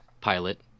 Pilot